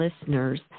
listeners